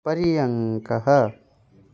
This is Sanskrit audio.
पर्यङ्कः